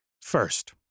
First